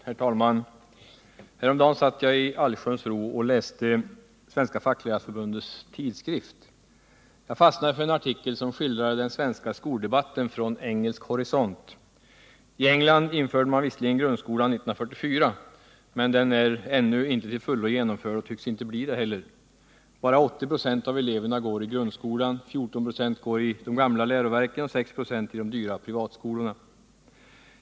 Herr talman! Häromdagen satt jag i allsköns ro och läste Fackläraren, Svenska facklärarförbundets tidskrift. Jag fastnade för en artikel som skildrade den svenska skoldebatten från engelsk horisont. I England införde man visserligen grundskolan 1944, men den är ännu inte till fullo genomförd och tycks inte bli det heller. Bara 80 96 av eleverna går i grundskolan. 14 96 går i de gamla läroverken, och 6 96 i de dyra privatskolorna.